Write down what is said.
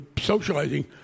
socializing